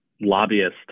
lobbyist